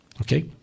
Okay